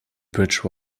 bridge